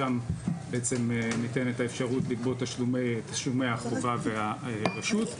שם בעצם ניתנת האפשרות לגבות תשלומי החובה והרשות.